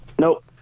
Nope